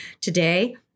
Today